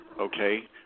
okay